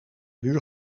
muur